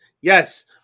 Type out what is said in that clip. yes